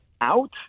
out